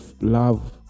love